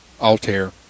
Altair